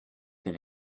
been